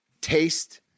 taste